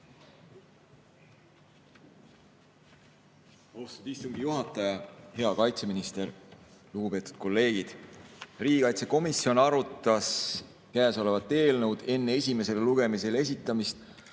Austatud istungi juhataja! Hea kaitseminister! Lugupeetud kolleegid! Riigikaitsekomisjon arutas käesolevat eelnõu enne esimesele lugemisele esitamist